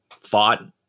fought